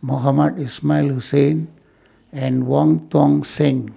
Mohamed Ismail Hussain and Wong Tuang Seng